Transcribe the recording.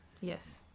Yes